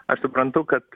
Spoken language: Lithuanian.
aš suprantu kad